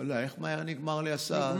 ואללה, איך מהר נגמר לי הזמן.